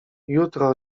jutro